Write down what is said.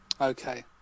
Okay